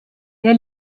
der